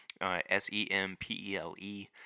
S-E-M-P-E-L-E